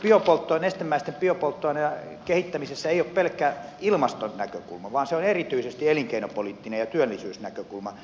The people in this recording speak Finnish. ja sitten nestemäisten biopolttoaineiden kehittämisessä ei ole pelkkä ilmastonäkökulma vaan se on erityisesti elinkeinopoliittinen ja työllisyysnäkökulma